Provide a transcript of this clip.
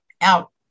out